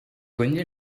cogné